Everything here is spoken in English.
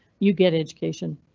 you get education.